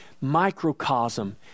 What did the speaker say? microcosm